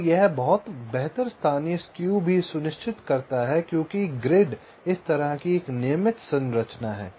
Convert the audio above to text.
और यह बहुत बेहतर स्थानीय स्क्यू भी सुनिश्चित करता है क्योंकि ग्रिड इस तरह की एक नियमित संरचना है